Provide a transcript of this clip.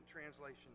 Translation